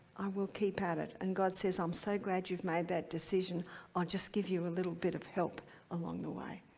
i will keep at it, and god says i'm so glad you've made that decision i'll just give you a little bit of help along the way.